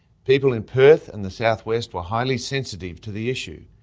people in perth and the south west were highly sensitive to the issue,